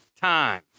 time